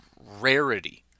rarity